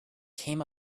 came